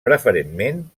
preferentment